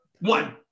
one